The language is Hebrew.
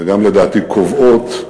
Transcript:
וגם לדעתי קובעות,